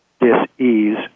dis-ease